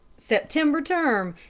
september term.